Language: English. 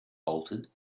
bolted